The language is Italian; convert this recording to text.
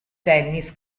tennis